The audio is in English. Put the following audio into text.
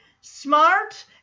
smart